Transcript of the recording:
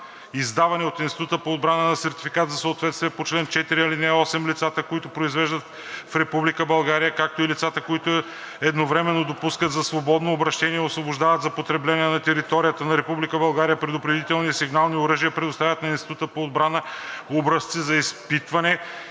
издаване от Института по отбрана на сертификата за съответствие по чл. 4, ал. 8, лицата, които произвеждат в Република България, както и лицата, които едновременно допускат за свободно обращение и освобождават за потребление на територията на Република България предупредителни и сигнални оръжия, предоставят на Института по отбрана образци за изпитване